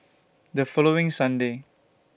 The following Sunday